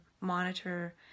monitor